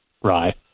right